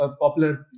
popular